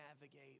navigate